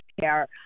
care